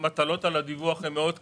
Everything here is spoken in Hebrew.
המטלות על הדיווח הם מאוד קשות.